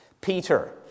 Peter